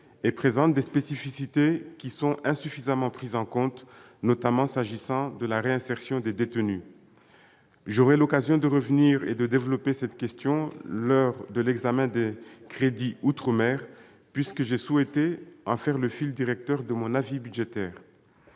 et présente des spécificités qui sont insuffisamment prises en compte, notamment s'agissant de la réinsertion des détenus. J'aurai l'occasion de revenir sur cette question lors de l'examen des crédits de la mission « Outre-mer », puisque j'ai souhaité en faire le fil directeur de mon avis. Madame